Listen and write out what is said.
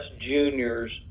juniors